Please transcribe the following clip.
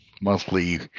monthly